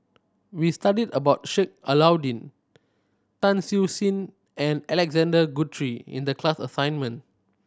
we studied about Sheik Alau'ddin Tan Siew Sin and Alexander Guthrie in the class assignment